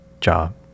job